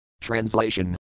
Translation